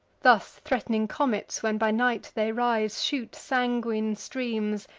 thus threat'ning comets, when by night they rise, shoot sanguine streams,